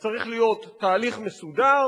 צריך להיות תהליך מסודר,